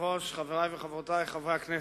אדוני היושב-ראש, חברי וחברותי חברי הכנסת,